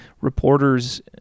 reporters